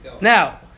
Now